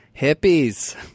Hippies